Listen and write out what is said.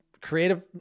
creative